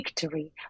victory